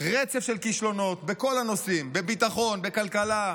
רצף של כישלונות בכל הנושאים: בביטחון, בכלכלה,